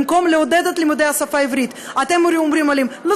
במקום לעודד את השפה העברית אתם הרי אומרים להם: לא,